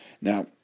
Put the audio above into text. Now